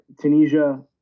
tunisia